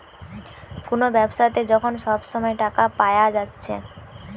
কুনো ব্যাবসাতে যখন সব সময় টাকা পায়া যাচ্ছে